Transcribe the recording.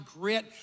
grit